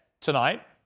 Tonight